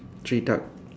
three duck